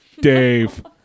Dave